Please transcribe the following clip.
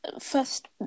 first